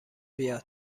بیاد